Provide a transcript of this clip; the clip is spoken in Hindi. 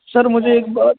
सर मुझे एक बात